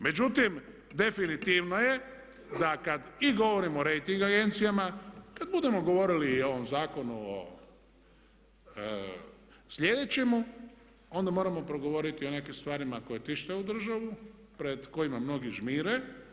Međutim, definitivno je da kad i govorimo o rejting agencijama, kad budemo govorili i o ovom zakonu sljedećemu, onda moramo progovoriti o nekim stvarima koje tište ovu državu, pred kojima mnogi žmire.